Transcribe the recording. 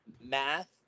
math